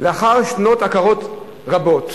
לאחר שנות עקרות רבות.